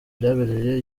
byabereye